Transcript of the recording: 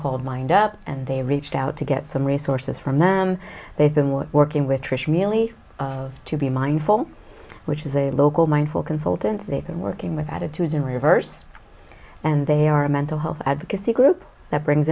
called mind up and they reached out to get some resources from them they've been we're working with trisha meili of to be mindful which is a local mindful consultant they've been working with attitudes in reverse and they are mental health advocacy group that brings